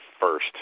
first